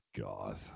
God